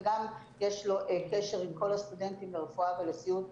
וגם יש לו קשר עם כל הסטודנטים לרפואה ולסיעוד,